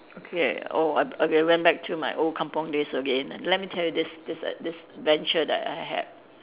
okay oh I okay went back to my old kampung days again let me tell you this this this adventure that I had